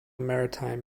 maritime